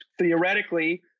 theoretically